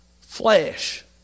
flesh